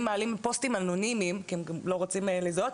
מעליים פוסטים אנונימיים כי הם לא רוצים להזדהות,